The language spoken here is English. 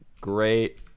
great